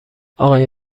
آقای